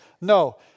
No